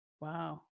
Wow